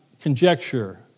conjecture